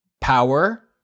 power